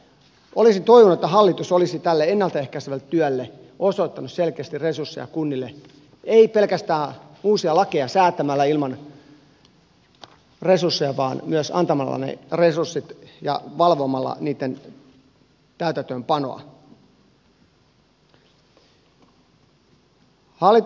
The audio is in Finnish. olisin toivonut että hallitus olisi tälle ennalta ehkäisevälle työlle osoittanut selkeästi resursseja kunnille ei pelkästään uusia lakeja säätämällä ilman resursseja vaan myös antamalla ne resurssit ja valvomalla niitten täytäntöönpanoa